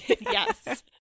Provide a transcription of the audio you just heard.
Yes